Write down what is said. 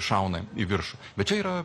šauna į viršų bet čia yra